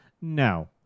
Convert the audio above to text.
No